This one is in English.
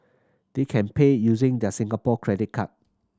they can pay using their Singapore credit card